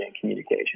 communication